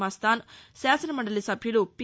మస్తాన్ శాసనమండలి సభ్యులు పి